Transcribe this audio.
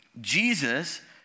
Jesus